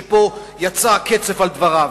שפה יצא הקצף על דבריו.